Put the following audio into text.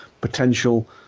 potential